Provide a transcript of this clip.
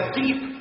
deep